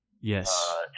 Yes